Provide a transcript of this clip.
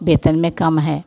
वेतन में कम है